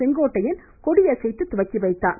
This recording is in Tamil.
செங்கோட்டையன் கொடியசைத்து துவக்கிவைத்தார்